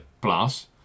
Plus